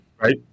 right